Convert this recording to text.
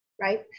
Right